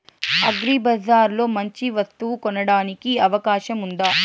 అగ్రిబజార్ లో మంచి వస్తువు కొనడానికి అవకాశం వుందా?